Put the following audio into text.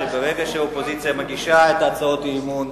שברגע שהאופוזיציה מגישה את הצעות האי-אמון,